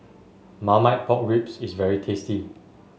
Marmite Pork Ribs is very tasty